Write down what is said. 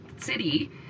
city